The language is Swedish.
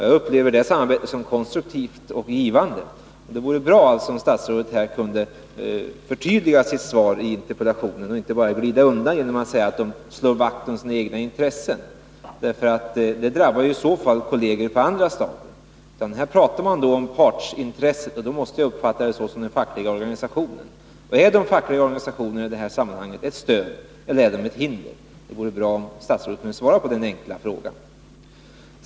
Jag upplever detta samarbete som konstruktivt och givande. Det vore bra om statsrådet här kunde förtydliga sitt interpellationssvar och inte bara glida undan genom att säga att personalorganisationerna slår vakt om sina egna intressen — det drabbar i så fall kolleger på andra stadier. Här talar man om partsintresset, och det måste jag uppfatta så att man avser den fackliga organisationen. Är de fackliga organisationerna i detta sammanhang ett stöd, eller är de ett hinder? Det vore bra om statsrådet kunde svara på den enkla frågan.